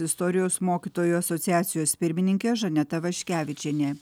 istorijos mokytojų asociacijos pirmininkė žaneta vaškevičienė